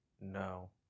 No